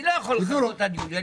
הוא לא יכול לחכות עד יולי,